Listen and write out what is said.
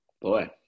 Boy